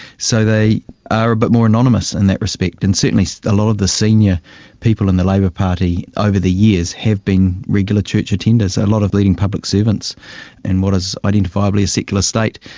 so they are a bit but more anonymous in that respect. and certainly still, a lot of the senior people in the labour party over the years have been regular church attenders. a lot of leading public servants in what is identifiably a secular state,